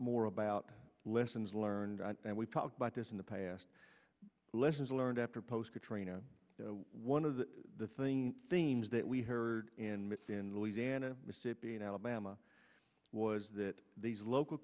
more about lessons learned and we've talked about this in the past lessons learned after post katrina one of the thing themes that we heard in myths in louisiana mississippi and alabama was that these local